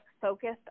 focused